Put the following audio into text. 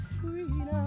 Freedom